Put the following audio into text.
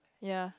ya